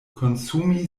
konsumi